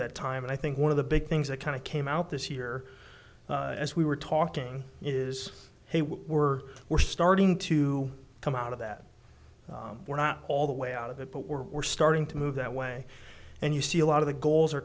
that time and i think one of the big things that kind of came out this year as we were talking is hey we're we're starting to come out of that we're not all the way out of it but we're starting to move that way and you see a lot of the goals are